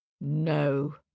No